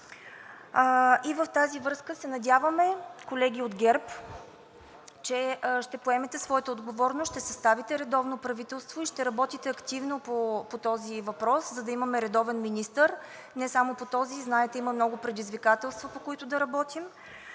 И в тази връзка се надяваме, колеги от ГЕРБ, че ще поемете своята отговорност, ще съставите редовно правителство и ще работите активно по този въпрос, за да имаме редовен министър. Не само по този – знаете, има много предизвикателства, по които да работим.